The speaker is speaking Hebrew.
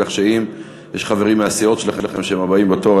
כך שאם יש חברים מהסיעות שלכם שהם הבאים בתור,